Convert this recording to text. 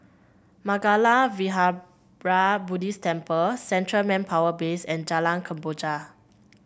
Mangala Vihara Buddhist Temple Central Manpower Base and Jalan Kemboja